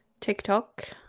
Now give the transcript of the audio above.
TikTok